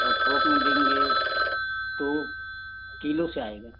और थौक में लेंगे तो किलो से आएगा